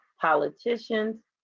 politicians